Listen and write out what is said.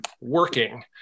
working